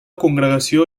congregació